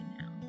now